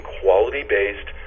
quality-based